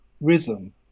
rhythm